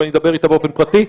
אבל אני אדבר איתה באופן פרטי.